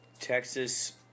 Texas